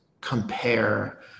compare